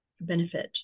benefit